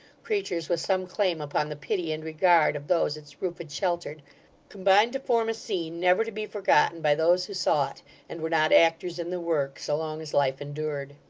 creatures with some claim upon the pity and regard of those its roof had sheltered combined to form a scene never to be forgotten by those who saw it and were not actors in the work, so long as life endured.